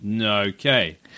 Okay